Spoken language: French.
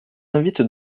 invite